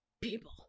people